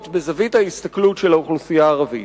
מזווית ההסתכלות של האוכלוסייה הערבית.